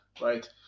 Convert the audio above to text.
right